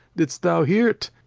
didst thou hear't,